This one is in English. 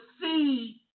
see